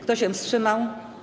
Kto się wstrzymał?